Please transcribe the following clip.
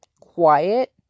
quiet